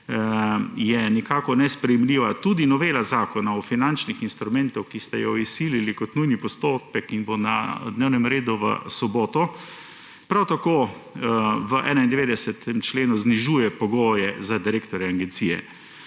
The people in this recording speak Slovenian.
je nekako nesprejemljiva. Tudi novela Zakona o finančnih instrumentov, ki ste jo izsilili kot nujni postopek in bo na dnevnem redu v soboto, prav tako v 91. členu znižuje pogoje za direktorja agencije.